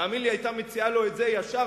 תאמין לי שהיא היתה מציעה לו את זה ישר,